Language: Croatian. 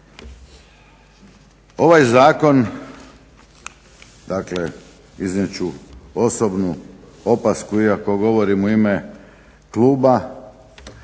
Ovaj zakon dakle iznijet ću osobnu opasku iako govorim u ime kluba,